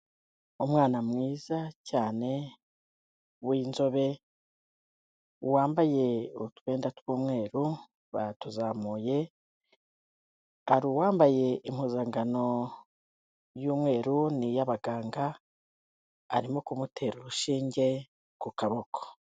Umwana mwiza cyane w'inzobe, wambaye utwenda tw'umweru baratuzamuye, hari uwambaye impuzankano y'umweru ni iy'abaganga, arimo kumutera urushinge ku kaboko.